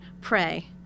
pray